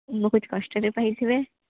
ବହୁତ କଷ୍ଟରେ ପାଇଥିବେ